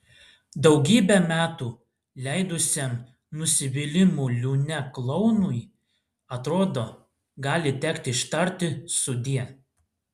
daugybę metų leidusiam nusivylimų liūne klounui atrodo gali tekti ištarti sudie